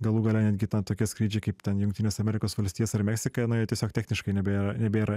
galų gale netgi tokie skrydžiai kaip ten jungtines amerikos valstijas ar meksiką na jie tiesiog techniškai nebėra nebėra